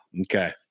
Okay